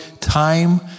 time